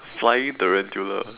flying tarantula